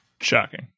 Shocking